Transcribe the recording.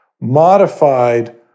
modified